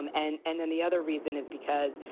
and and and then the other reason is because,